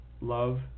love